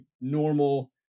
normal